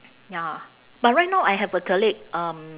ya but right now I have a colleague um